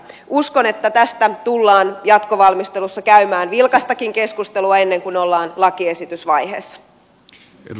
uskon että tästä tullaan jatkovalmistelussa käymään vilkastakin keskustelua ennen kuin ollaan lakiesitysvaiheessa